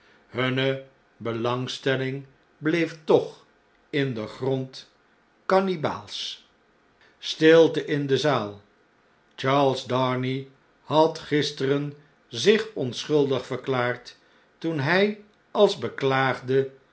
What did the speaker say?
hunne belangstelling bleef toch in den grond kannibaalsch stflte in de zaal charles darnay had gisteren zich onschuldig verklaard toen hjj als beklaagde